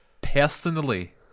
personally